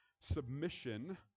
submission